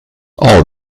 all